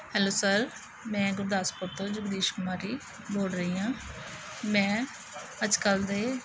hello sir ਮੈਂ ਗੁਰਦਾਸਪੁਰ ਤੋਂ ਜਗਦੀਸ਼ ਕੁਮਾਰੀ ਬੋਲ ਰਹੀ ਹਾਂ ਮੈਂ ਅੱਜ ਕੱਲ੍ਹ ਦੇ